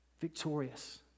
victorious